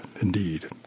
indeed